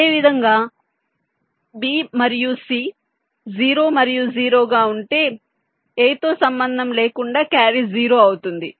అదేవిధంగా b మరియు c 0 మరియు 0 గా ఉంటే a తో సంబంధం లేకుండా క్యారీ 0 అవుతుంది